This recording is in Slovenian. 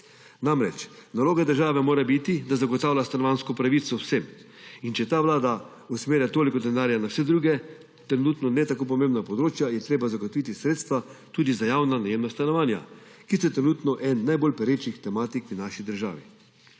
Namreč, naloga države mora biti, da zagotavlja stanovanjsko pravico vsem. In če ta vlada usmerja toliko denarja na vsa druga, trenutno ne tako pomembna področja, je treba zagotoviti sredstva tudi za javna najemna stanovanja, ki so trenutno ena najbolj perečih tematik v naši državi.